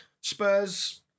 Spurs